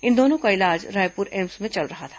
इन दोनों का इलाज रायपुर एम्स में चल रहा था